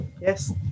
yes